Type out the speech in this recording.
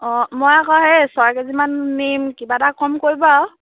অঁ মই আকৌ সেই ছয় কেজিমান নিম কিবা এটা কম কৰিব আৰু